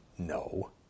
No